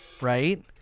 right